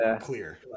clear